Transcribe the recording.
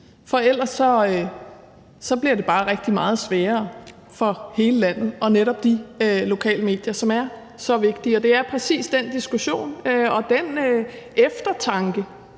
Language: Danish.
for ellers bliver det bare rigtig meget sværere for hele landet og netop de lokale medier, som er så vigtige. Det er præcis den diskussion. Og det er